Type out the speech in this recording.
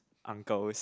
uncles